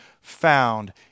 found